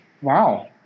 Wow